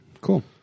cool